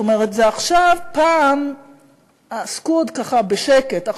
זאת אומרת, זה עכשיו, פעם עסקו עוד ככה, בשקט.